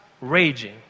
raging